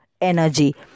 energy